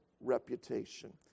reputation